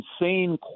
insane